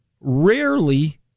rarely